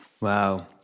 Wow